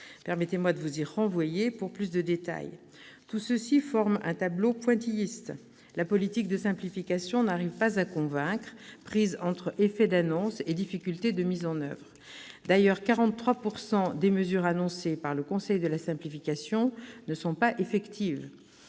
carrément usurpée, voire à effet ... Tout cela forme un tableau pointilliste : la politique de simplification n'arrive pas à convaincre, prise entre effets d'annonce et difficultés de mise en oeuvre. D'ailleurs, 43 % des mesures annoncées par le Conseil de la simplification ne sont pas effectives.